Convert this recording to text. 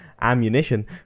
ammunition